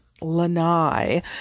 lanai